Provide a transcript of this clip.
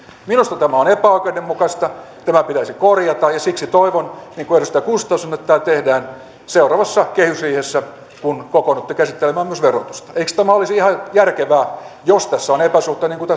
minusta tämä on epäoikeudenmukaista tämä pitäisi korjata ja siksi toivon niin kuin edustaja gustafsson että tämä tehdään seuraavassa kehysriihessä kun kokoonnutte käsittelemään myös verotusta eikös tämä olisi ihan järkevää jos tässä on epäsuhta niin kuin